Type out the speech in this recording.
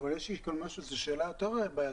יש לי כאן שאלה יותר בעייתית.